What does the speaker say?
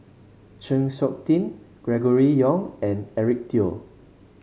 Chng Seok Tin Gregory Yong and Eric Teo